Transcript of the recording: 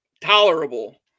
tolerable